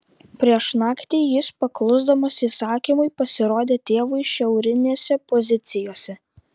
prieš naktį jis paklusdamas įsakymui pasirodė tėvui šiaurinėse pozicijose